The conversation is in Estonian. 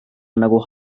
nagu